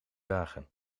wagen